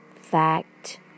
fact